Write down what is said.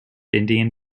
indian